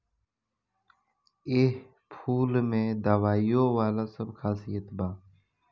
एह फूल में दवाईयो वाला सब खासियत बा